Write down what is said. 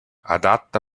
adatta